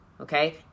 okay